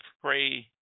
pray